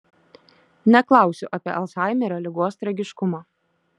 neklausiu apie alzhaimerio ligos tragiškumą